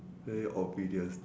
very oblivious